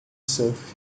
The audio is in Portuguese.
surf